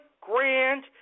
grand